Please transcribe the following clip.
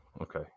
Okay